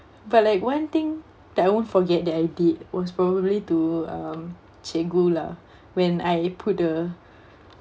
but like one thing that I won't forget that I did was probably to um cikgu lah when I put the